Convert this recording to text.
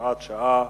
הוראת שעה)